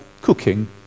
cooking